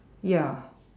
ya